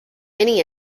many